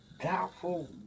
doubtful